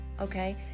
Okay